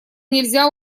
нельзя